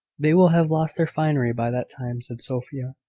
they will have lost their finery by that time, said sophia.